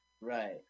Right